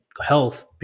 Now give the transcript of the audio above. health